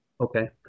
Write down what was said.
okay